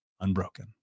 unbroken